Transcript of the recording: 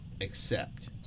accept